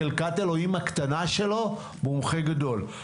כל אחד בחלקת אלוהים הקטנה שלו מומחה גדול.